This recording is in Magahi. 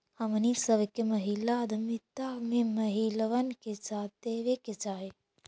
हमनी सब के महिला उद्यमिता में महिलबन के साथ देबे के चाहई